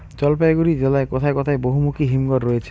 জলপাইগুড়ি জেলায় কোথায় বহুমুখী হিমঘর রয়েছে?